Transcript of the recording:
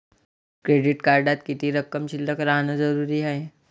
Credit कार्डात किती रक्कम शिल्लक राहानं जरुरी हाय?